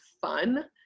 fun